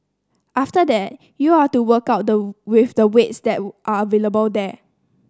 after that you're to work out the with the weights that are available there